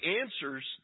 answers